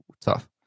tough